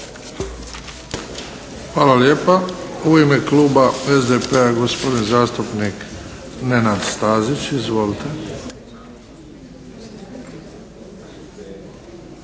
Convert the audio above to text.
Hvala lijepa. U ime kluba SDP-a gospodin zastupnik Nenad Stazić. Izvolite.